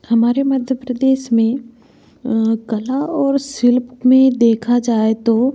हमारे मध्य प्रदेश में कला और शिल्प में देखा जाए तो